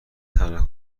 تنها